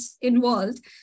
involved